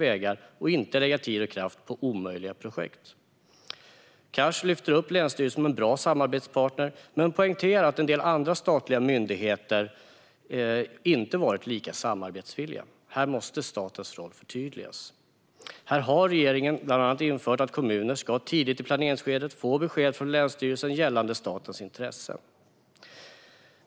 Man ska inte lägga tid och kraft på omöjliga projekt. Cars lyfter upp länsstyrelsen som en bra samarbetspartner men poängterar att en del andra statliga myndigheter inte har varit lika samarbetsvilliga. Här måste statens roll förtydligas. Regeringen har bland annat infört att kommuner ska få besked tidigt i planeringsskedet från länsstyrelsen vad gäller statens intressen.